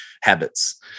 habits